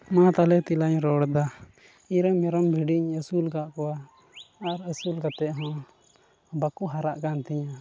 ᱢᱟ ᱛᱟᱦᱚᱞᱮ ᱛᱮᱞᱟᱧ ᱨᱚᱲᱫᱟ ᱤᱧᱨᱮᱱ ᱢᱮᱨᱚᱢ ᱵᱷᱤᱰᱤᱧ ᱟᱹᱥᱩᱞ ᱟᱠᱟᱫ ᱠᱚᱣᱟ ᱟᱨ ᱟᱹᱥᱩᱞ ᱠᱟᱛᱮᱫ ᱦᱚᱸ ᱵᱟᱠᱚ ᱦᱟᱨᱟᱜ ᱠᱟᱱ ᱛᱤᱧᱟᱹ